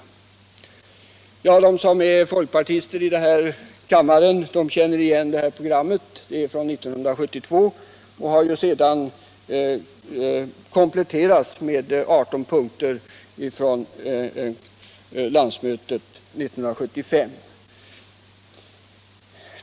De här i kammaren som är folkpartister känner igen programmet. Det är från 1972 och har sedan kompletterats med 18 punkter av folkpartiets landsmöte 1975.